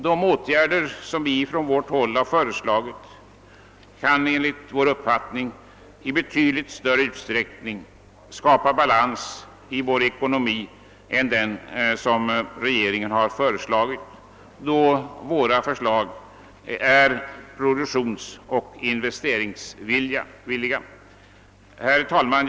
De åtgärder som vi från vårt håll föreslagit kan enligt vår uppfattning i betydligt större utsträckning skapa balans i ekonomin än de åtgärder som regeringen föreslagit, eftersom våra förslag är produktionsoch investeringsvänliga. Herr talman!